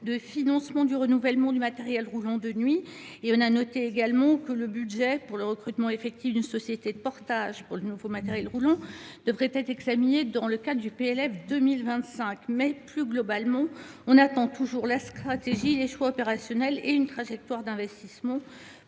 de financement du renouvellement du matériel roulant de nuit. Nous avons également noté que le budget permettant le recrutement effectif d’une société de portage pour le nouveau matériel roulant devrait être examiné dans le cadre du PLF 2025. Mais, plus globalement, nous attendons toujours la stratégie, les choix opérationnels et une trajectoire d’investissement